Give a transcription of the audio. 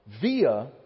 via